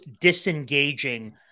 disengaging